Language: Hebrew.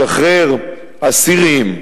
לשחרר אסירים,